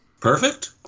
Perfect